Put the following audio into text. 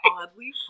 oddly